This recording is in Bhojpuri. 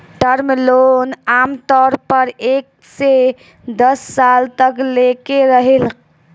टर्म लोन आमतौर पर एक से दस साल तक लेके रहेला